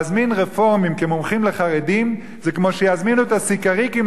להזמין רפורמים כמומחים לחרדים זה כמו שיזמינו את הסיקריקים